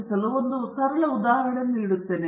ಇದಕ್ಕಾಗಿ ನಾನು ಒಂದು ಸರಳ ಉದಾಹರಣೆ ನೀಡುತ್ತೇನೆ